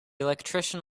electrician